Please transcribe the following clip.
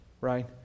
right